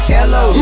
Hello